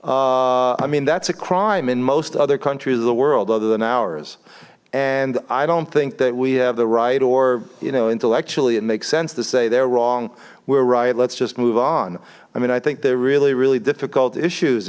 people i mean that's a crime in most other countries of the world other than ours and i don't think that we have the right or you know intellectually it makes sense to say they're wrong we're right let's just move on i mean i think they're really really difficult issues